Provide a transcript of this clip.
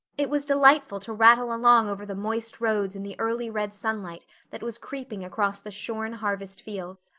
it was delightful to rattle along over the moist roads in the early red sunlight that was creeping across the shorn harvest fields.